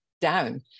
down